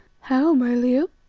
how, my leo?